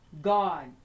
God